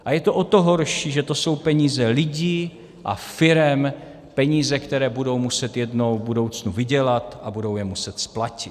A je to o to horší, že to jsou peníze lidí a firem, peníze, které budou muset jednou v budoucnu vydělat a budou je muset splatit.